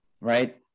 Right